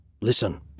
Listen